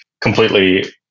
completely